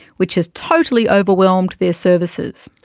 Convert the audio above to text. which has totally overwhelmed their services.